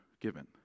given